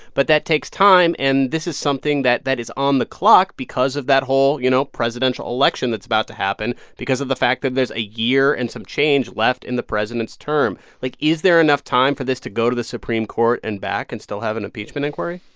but that takes time, and this is something that that is on the clock because of that whole, you know, presidential election that's about to happen because of the fact that there's a year and some change left in the president's term. like, is there enough time for this to go to the supreme court and back and still have an impeachment inquiry?